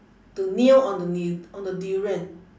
to kneel on the n~ on the durian